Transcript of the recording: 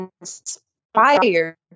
inspired